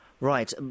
Right